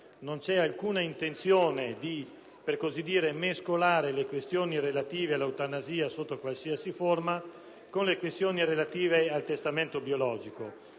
non c'è alcuna intenzione di mescolare - per così dire - le questioni relative all'eutanasia sotto qualsiasi forma con le questioni relative al testamento biologico.